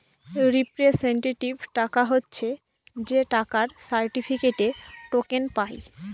representative টাকা হচ্ছে যে টাকার সার্টিফিকেটে, টোকেন পায়